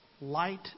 Light